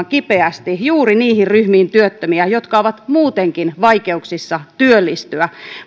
kipeästi juuri niihin ryhmiin työttömiä jotka ovat muutenkin vaikeuksissa työllistyä